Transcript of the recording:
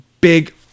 big